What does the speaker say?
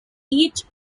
each